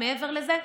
מעבר לזה,